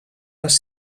les